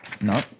no